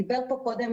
דיבר פה קודם